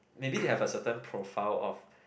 maybe they have a certain profile of